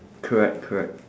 correct correct